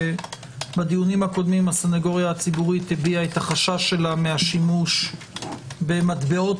שבדיונים הקודמים הסנגוריה הציבורית הביעה חששה מהשימוש במטבעות